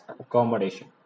accommodation